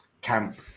camp